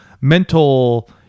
mental